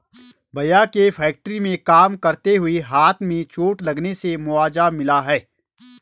भैया के फैक्ट्री में काम करते हुए हाथ में चोट लगने से मुआवजा मिला हैं